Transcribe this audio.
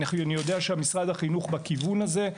אני יודע שמשרד החינוך בכיוון הזה.